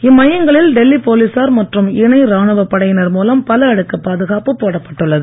இம்மையங்களில் டெல்லி போலீசார் மற்றும் இணை ராணுவப் படையினர் மூலம் பல அடுக்கு பாதுகாப்ப போடப்பட்டுள்ளது